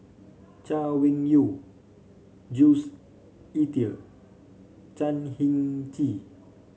Chay Weng Yew Jules Itier Chan Heng Chee